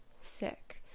sick